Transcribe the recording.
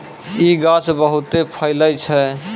इ गाछ बहुते फैलै छै